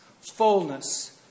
fullness